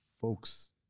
folks